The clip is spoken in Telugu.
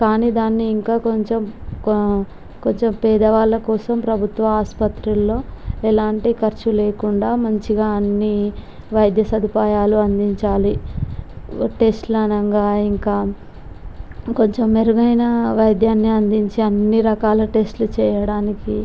కానీ దాన్ని ఇంకా కొంచెం కొంచెం పేద వాళ్ళ కోసం ప్రభుత్వ ఆస్పత్రులలో ఎలాంటి ఖర్చు లేకుండా అన్నీ వైద్య సదుపాయాలు అందించాలి టెస్టులు అనగా ఇంకా కొంచెం మెరుగైన వైద్యాన్ని అందించి అన్నీ రకాల టెస్టులు చేయడానికి